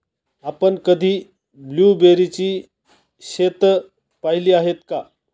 आपण कधी ब्लुबेरीची शेतं पाहीली आहेत काय?